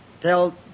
tell